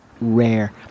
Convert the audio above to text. rare